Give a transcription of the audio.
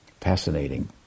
Fascinating